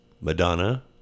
Madonna